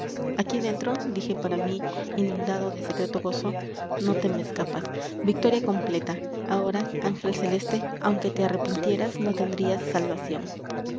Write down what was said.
aquí dentro dije para mí inundado de secreto gozo no te me escapas victoria completa ahora ángel celeste aunque te arrepintieras no tendrías salvación